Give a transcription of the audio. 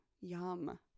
Yum